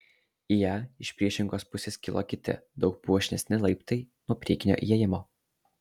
į ją iš priešingos pusės kilo kiti daug puošnesni laiptai nuo priekinio įėjimo